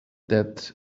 that